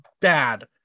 bad